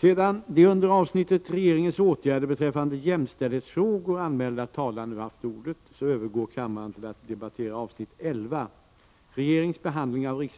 Sedan de under avsnittet Regeringens åtgärder beträffande jämställdhetsfrågor anmälda talarna nu haft ordet övergår kammaren till att debattera avsnittet Regeringens handläggning av